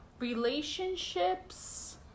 relationships